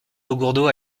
taugourdeau